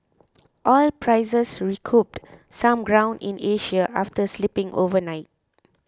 oil prices recouped some ground in Asia after slipping overnight